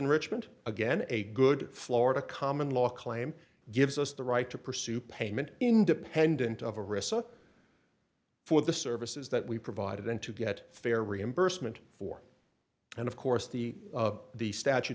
enrichment again a good florida common law claim gives us the right to pursue payment independent of a recess for the services that we provided then to get fair reimbursement for and of course the of the statu